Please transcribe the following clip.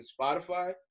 Spotify